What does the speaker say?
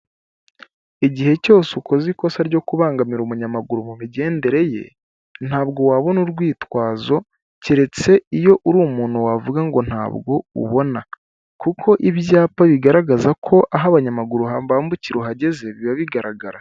Igihe cyose ukoze ikosa ryo kubangamira umunyamaguru mu migendere ye, ntabwo wabona urwitwazo keretse iyo uri umuntu wavuga ngo ntabwo ubona, kuko ibyapa bigaragaza ko aho abanyamaguru bambukira uhageze biba bigaragara.